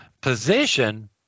position